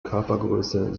körpergröße